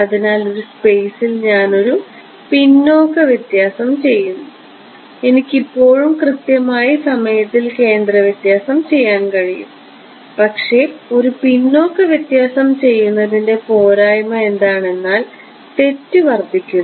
അതിനാൽ ഒരു സ്പെയ്സിൽ ഞാൻ ഒരു പിന്നോക്ക വ്യത്യാസം ചെയ്യുന്നു എനിക്ക് ഇപ്പോഴും കൃത്യമായി സമയത്തിൽ കേന്ദ്ര വ്യത്യാസം ചെയ്യാൻ കഴിയും പക്ഷേ ഒരു പിന്നോക്ക വ്യത്യാസം ചെയ്യുന്നതിന്റെ പോരായ്മ എന്താണെന്നാൽ തെറ്റ് വർദ്ധിക്കുന്നു